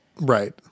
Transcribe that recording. Right